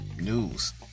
news